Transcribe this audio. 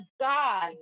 God